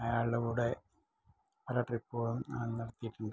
അയാളുടെ കൂടെ പല ട്രിപ്പുളും ഞാന് നടത്തിയിട്ടുണ്ട്